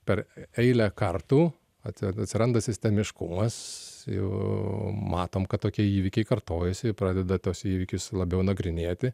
per eilę kartų ati atsiranda sistemiškumas jau matom kad tokie įvykiai kartojasi pradeda tuos įvykius labiau nagrinėti